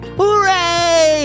Hooray